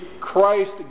Christ